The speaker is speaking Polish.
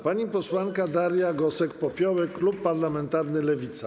Pani posłanka Daria Gosek-Popiołek, klub parlamentarny Lewica.